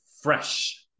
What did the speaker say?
fresh